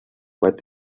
what